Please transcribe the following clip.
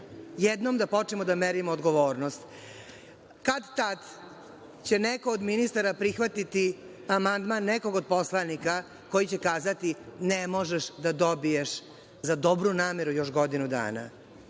jednom da počnemo da merimo odgovornost. Kad, tad će neko od ministara prihvatiti amandman nekog od poslanika koji će kazati – ne možeš da dobiješ za dobru nameru još godinu dana,